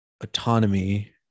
autonomy